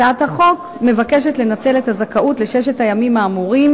הצעת החוק מבקשת לנצל את הזכאות לששת הימים האמורים